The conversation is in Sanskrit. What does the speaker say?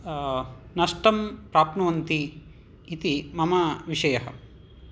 नष्टं प्राप्नुवन्ति इति मम विषयः